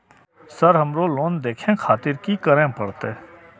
Sir हमरो loan देखें खातिर की करें परतें?